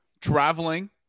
traveling